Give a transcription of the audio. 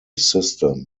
system